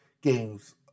games